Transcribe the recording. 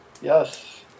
yes